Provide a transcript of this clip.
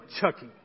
Chucky